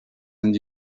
and